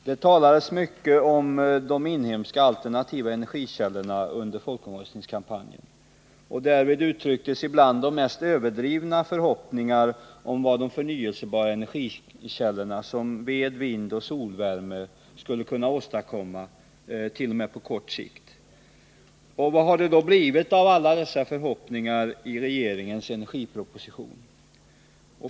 Det talades mycket om de inhemska alternativa energikällorna under folkomröstningskampanjen. Ibland uttrycktes de mest överdrivna förhoppningar om vad de förnyelsebara energikällorna, såsom ved, vind och solvärme, skulle kunna åstadkomma t.o.m. på kort sikt. Vad har det då blivit av alla dessa förhoppningar i regeringens energiproposition?